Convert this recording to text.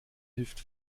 hilft